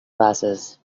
glasses